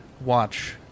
watch